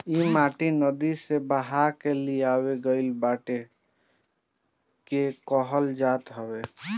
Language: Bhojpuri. इ माटी नदी से बहा के लियावल गइल माटी के कहल जात हवे